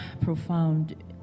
profound